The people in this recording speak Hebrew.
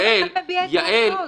אחד מביע את דעתו.